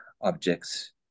objects